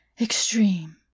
extreme